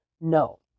No